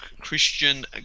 Christian